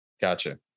Gotcha